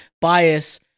bias